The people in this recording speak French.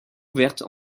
ouverte